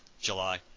July